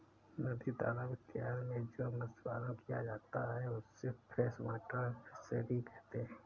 नदी तालाब इत्यादि में जो मत्स्य पालन किया जाता है उसे फ्रेश वाटर फिशरी कहते हैं